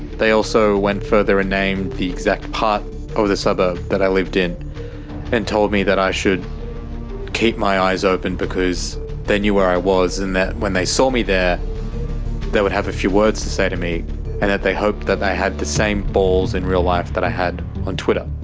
they also went further and named the exact part of the suburb that i lived in and told me that i should keep my eyes open because they knew where i was and that when they saw me there, they would have a few words to say to me and that they hoped that i had the same balls in real life that i had on twitter.